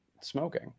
smoking